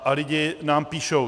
A lidi nám píšou.